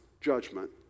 judgment